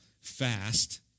fast